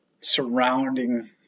surrounding